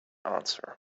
answer